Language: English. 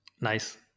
Nice